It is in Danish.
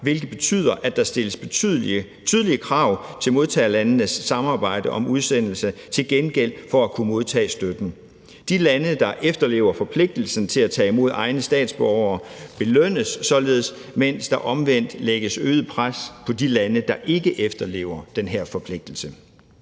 hvilket betyder, at der stilles tydelige krav til modtagerlandenes samarbejde om udsendelse til gengæld for at kunne modtage støtten. De lande, der efterlever forpligtelsen til at tage imod egne statsborgere, belønnes således, mens der omvendt lægges øget pres på de lande, der ikke efterlever den her forpligtelse.